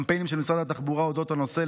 קמפיינים של משרד התחבורה על אודות הנושא,